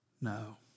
No